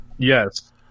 Yes